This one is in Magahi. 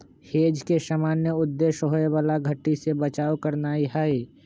हेज के सामान्य उद्देश्य होयबला घट्टी से बचाव करनाइ हइ